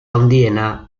handiena